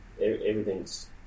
everything's